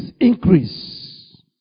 increase